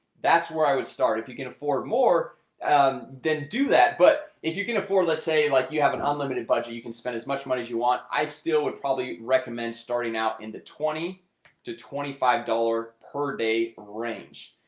that's where i would start if you can afford more then do that but if you can afford let's say like you have an unlimited budget you can spend as much money as you i still would probably recommend starting out into twenty two twenty five dollars per day range.